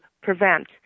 prevent